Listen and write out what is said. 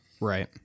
Right